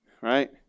Right